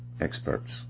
experts